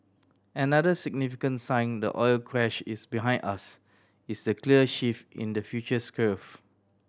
another significant sign the oil crash is behind us is the clear shift in the futures curve